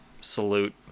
salute